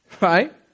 Right